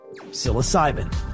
psilocybin